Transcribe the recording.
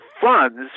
funds